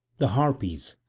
the harpies,